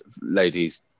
ladies